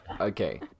okay